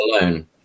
alone